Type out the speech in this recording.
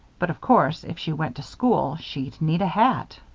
but, of course, if she went to school she'd need a hat.